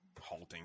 halting